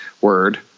word